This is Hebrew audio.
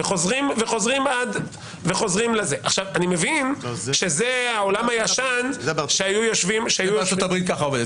אני מבין שזה העולם הישן שהיו יושבים --- זה בארצות הברית ככה עובד.